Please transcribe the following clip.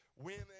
women